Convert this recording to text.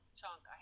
chunk